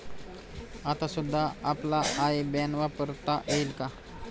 आता सुद्धा आपला आय बॅन वापरता येईल का?